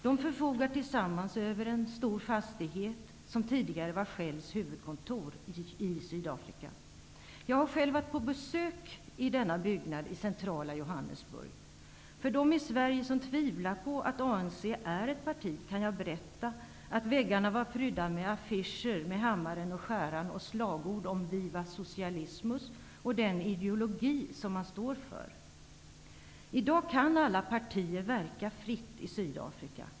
De förfogar tillsammans över en stor fastighet som tidigare var Shells huvudkontor i Sydafrika. Jag har själv varit på besök i denna byggnad i centrala Johannesburg. För dem i Sverige som tvivlar på att ANC är ett parti kan jag berätta att väggarna var prydda med affischer med hammaren och skäran och slagord om ''viva socialismus'' och den ideologi som man står för. I dag kan alla partier verka fritt i Sydafrika.